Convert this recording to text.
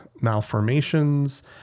malformations